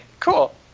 Cool